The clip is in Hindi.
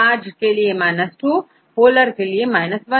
चार्ज के लिए 2 और पोलर के लिए 1